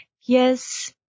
Yes